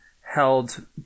held